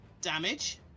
damage